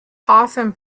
often